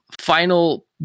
final